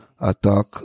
attack